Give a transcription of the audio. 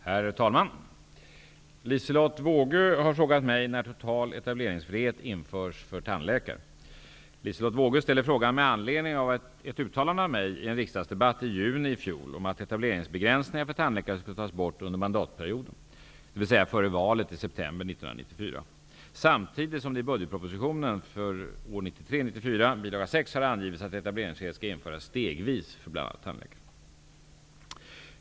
Herr talman! Liselotte Wågö har frågat mig när total etableringsfrihet införs för tandläkare. Liselotte Wågö ställer frågan med anledning av ett uttalande av mig i en riksdagsdebatt i juni 1992 om att etableringsbegränsningarna för tandläkare skulle tas bort under mandatperioden -- dvs. före valet i september 1994 -- samtidigt som det i budgetpropositionen för år 1993/94, bilaga 6, har angivits att etableringsfrihet skall införas stegvis för bl.a. tandläkare.